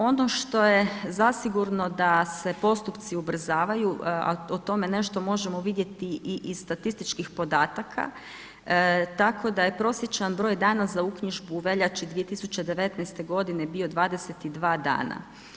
Ono što je zasigurno da se postupci ubrzavaju a o tome nešto možemo vidjeti i iz statističkih podataka tako da je prosječan broj dana za uknjižbu u veljači 2019. bio 22 dana.